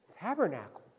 tabernacle